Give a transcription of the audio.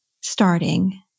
starting